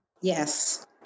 Yes